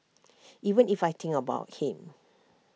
even if I think about him